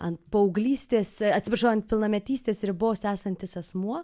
ant paauglystės atsiprašau ant pilnametystės ribos esantis asmuo